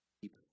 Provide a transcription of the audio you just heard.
keep